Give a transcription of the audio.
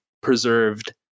preserved